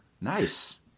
Nice